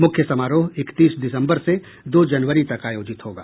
मुख्य समारोह इकतीस दिसंबर से दो जनवरी तक आयोजित होगा